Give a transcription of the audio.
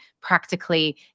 practically